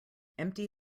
empty